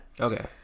Okay